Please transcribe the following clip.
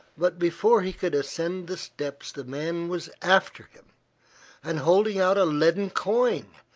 but before he could ascend the steps the man was after him and holding out a leaden coin,